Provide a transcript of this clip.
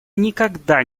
никогда